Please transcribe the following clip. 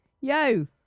Yo